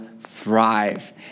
thrive